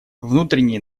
внутренние